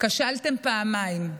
כשלתם פעמיים.